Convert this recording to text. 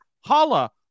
holla